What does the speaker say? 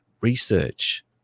Research